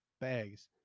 bags